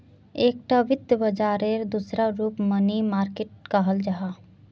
एकता वित्त बाजारेर दूसरा रूप मनी मार्किट कहाल जाहा